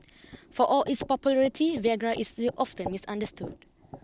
for all its popularity Viagra is still often misunderstood